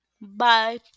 Bye